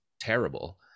terrible